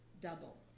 double